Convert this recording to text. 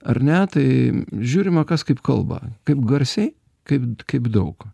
ar ne tai žiūrima kas kaip kalba kaip garsiai kaip kaip daug